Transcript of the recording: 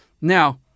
Now